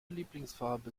lieblingsfarbe